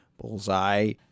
Bullseye